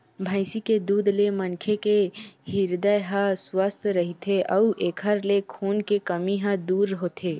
भइसी के दूद ले मनखे के हिरदे ह सुवस्थ रहिथे अउ एखर ले खून के कमी ह दूर होथे